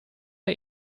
der